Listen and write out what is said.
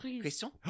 Question